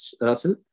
Russell